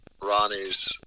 Ronnie's